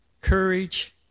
Courage